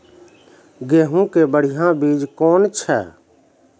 गेहूँ के बढ़िया बीज कौन छ?